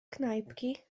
knajpki